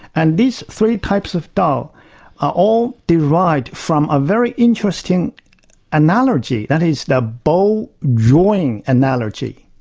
and these three types of dao are all derived from a very interesting analogy, that is, the bow drawing analogy.